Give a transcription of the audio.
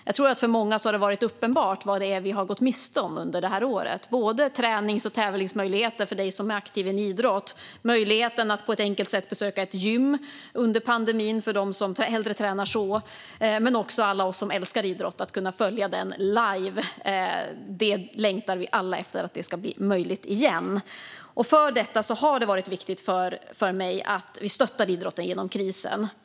Jag tror att det för många har varit uppenbart vad det är vi har gått miste om under det här året, både tränings och tävlingsmöjligheter för den som är aktiv i en idrott och möjligheten att på ett enkelt sätt besöka ett gym under pandemin för dem som hellre tränar så men också för alla oss som älskar idrott att kunna följa den live. Vi längtar alla efter att det ska bli möjligt igen. Därför har det varit viktigt för mig att vi stöttar idrotten genom krisen.